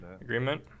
agreement